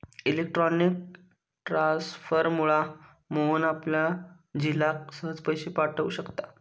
electronic ट्रांसफरमुळा मोहन आपल्या झिलाक सहज पैशे पाठव शकता